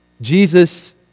Jesus